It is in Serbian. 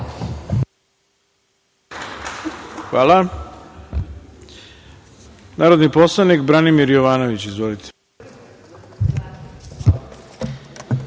ima narodni poslanik Branimir Jovanović. Izvolite.